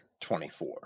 24